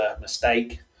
mistake